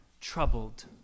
troubled